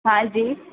हां जी